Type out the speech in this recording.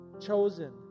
chosen